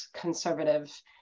conservative